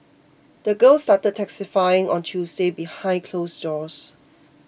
the girl started testifying on Tuesday behind closed doors